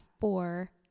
four